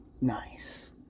Nice